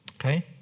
okay